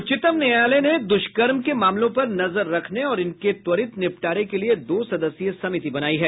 उच्चतम न्यायालय ने दुष्कर्म के मामलों पर नजर रखने और इनके त्वरित निपटारे के लिये दो सदस्यीय समिति बनायी है